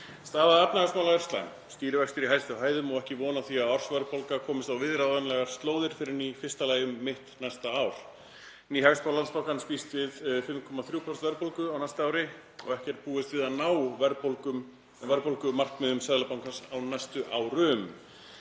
Staða efnahagsmála er slæm, stýrivextir í hæstu hæðum og ekki von á því að ársverðbólga komist á viðráðanlegar slóðir fyrr en í fyrsta lagi um mitt næsta ár. Ný hagspá Landsbankans býst við 5,3% verðbólgu á næsta ári og ekki er búist við að ná verðbólgumarkmiðum Seðlabankans á næstu árum,